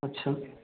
আচ্ছা